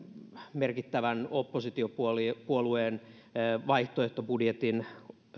merkittävän oppositiopuolueen vaihtoehtobudjetin